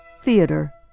Theater